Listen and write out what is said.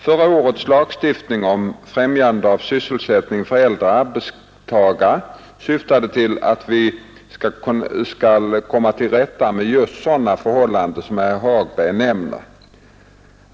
Förra årets lagstiftning om främjande av sysselsättningen för äldre arbetstagare syftar till att vi skall komma till rätta med just sådana förhållanden som herr Hagberg nämner.